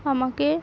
আমাকে